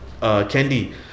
Candy